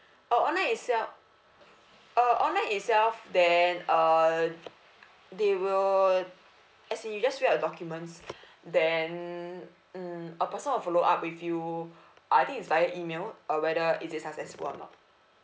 uh online itself uh online itself then uh they will actually you just fill a documents then mm a person will follow up with you I think it's via email uh whether it is successful or not